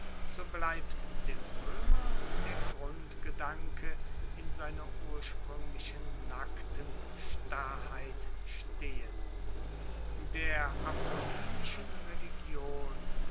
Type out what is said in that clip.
so bleibt dem roemer der grundgedanke in seiner urspruenglichen nackten starrheit stehen der apollinischen religion